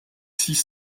six